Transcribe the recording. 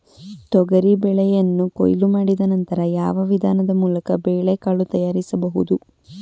ತೊಗರಿ ಬೇಳೆಯನ್ನು ಕೊಯ್ಲು ಮಾಡಿದ ನಂತರ ಯಾವ ವಿಧಾನದ ಮೂಲಕ ಬೇಳೆಕಾಳು ತಯಾರಿಸಬಹುದು?